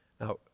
Now